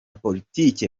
politiki